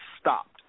stopped